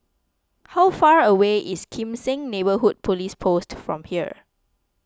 how far away is Kim Seng Neighbourhood Police Post from here